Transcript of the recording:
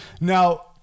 Now